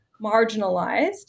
marginalized